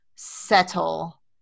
settle